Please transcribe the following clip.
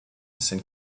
sind